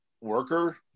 worker